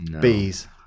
Bees